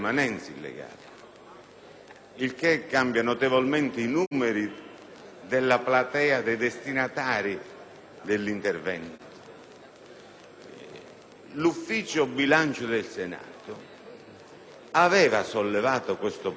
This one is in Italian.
questo cambia notevolmente i numeri della platea dei destinatari dell'intervento. Il Servizio del bilancio del Senato aveva sollevato questo problema,